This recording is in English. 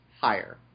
higher